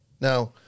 Now